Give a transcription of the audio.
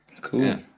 Cool